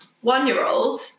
one-year-old